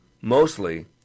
Mostly